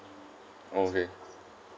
okay